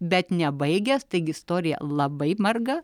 bet nebaigęs taigi istorija labai marga